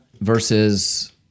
versus